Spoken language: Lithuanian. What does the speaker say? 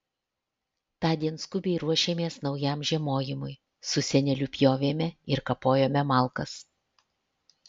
tądien skubiai ruošėmės naujam žiemojimui su seneliu pjovėme ir kapojome malkas